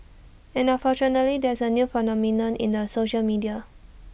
and unfortunately there is A new phenomenon in the social media